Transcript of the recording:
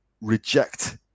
reject